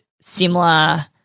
similar